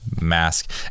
mask